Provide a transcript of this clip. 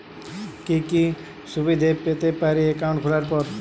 কি কি সুবিধে পেতে পারি একাউন্ট খোলার পর?